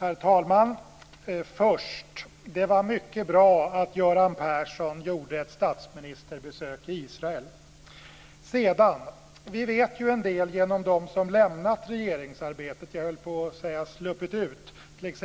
Herr talman! Först: Det var mycket bra att Göran Persson gjorde ett statsministerbesök i Israel. Sedan: Vi vet en del genom dem som lämnat regeringsarbetet - jag höll på att säga sluppit ut - t.ex.